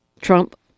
Trump